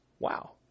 Wow